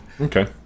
okay